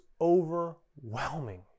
overwhelming